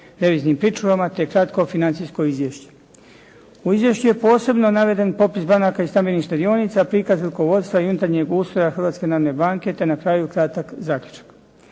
deviznim pričuvama te kratko financijsko izvješće. U izvješću je posebno naveden popis banaka i stambenih štedionica, prikaz rukovodstva i unutarnjeg ustroja Hrvatske banke te na kraju kratak zaključak.